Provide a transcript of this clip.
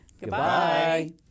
Goodbye